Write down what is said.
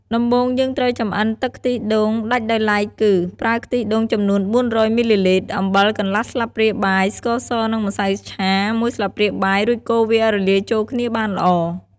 ដំបូងយើងត្រូវចម្អិនទឹកខ្ទិះដូងដាច់ដោយឡែកគឺ ប្រើខ្ទិះដូងចំនួន ៤០០មីលីលីត្រ អំបិល កន្លះស្លាបព្រាបាយ ស្ករស និង ម្សៅឆា មួយស្លាបព្រាបាយ រួចកូរវាឲ្យរលាយចូលគ្នាបានល្អ។